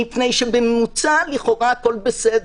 מפני שבממוצע לכאורה הכול בסדר.